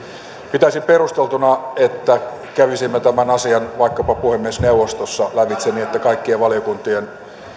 pitäisin perusteltuna että kävisimme tämän asian vaikkapa puhemiesneuvostossa lävitse niin että kaikkien valiokuntien